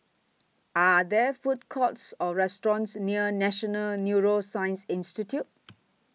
Are There Food Courts Or restaurants near National Neuroscience Institute